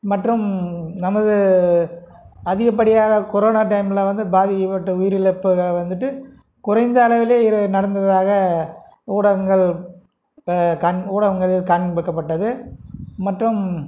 மற்றும் நமது அதிகப்படியாக கொரோனா டைமில் வந்து பாதிக்கப்பட்ட உயிர் இழப்புகள் வந்துவிட்டு குறைந்த அளவிலேயே நடந்ததாக ஊடகங்கள் ஊடகங்கள் காண்பிக்கப்பட்டது